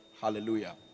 hallelujah